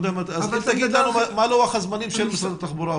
אז תגיד לנו מה לוח הזמנים של משרד התחבורה,